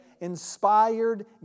Inspired